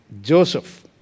Joseph